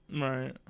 Right